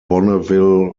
bonneville